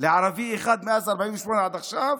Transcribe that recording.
לערבי אחד מאז 48' עד עכשיו?